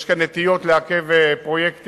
יש כאן נטייה לעכב פרויקטים.